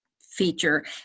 feature